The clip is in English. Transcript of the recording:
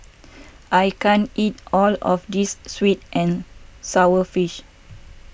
I can't eat all of this Sweet and Sour Fish